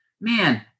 man